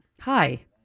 Hi